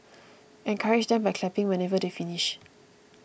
encourage them by clapping whenever they finish